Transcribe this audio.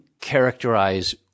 characterize